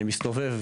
אני מסתובב,